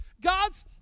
God's